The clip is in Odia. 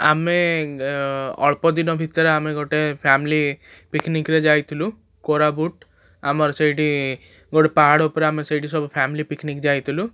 ଆମେ ଅଳ୍ପଦିନ ଭିତରେ ଆମେ ଗୋଟେ ଫାମିଲି ପିକ୍ନିକ୍ରେ ଯାଇଥିଲୁ କୋରାପୁଟ ଆମର ସେଇଠି ଗୋଟେ ପାହାଡ଼ ଉପରେ ଆମେ ସେଇଠି ସବୁ ଫାମିଲି ପିକ୍ନିକ୍ ଯାଇଥିଲୁ